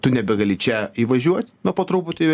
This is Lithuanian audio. tu nebegali čia įvažiuot na po truputį